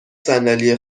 صندلی